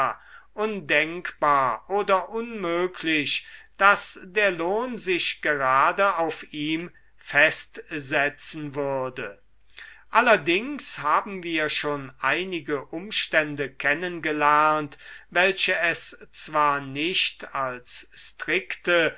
undenkbar oder unmöglich daß der lohn sich gerade auf ihm festsetzen würde allerdings haben wir schon einige umstände kennen gelernt welche es zwar nicht als strikte